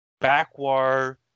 backwater